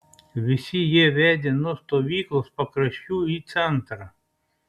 visi jie vedė nuo stovyklos pakraščių į centrą